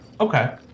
Okay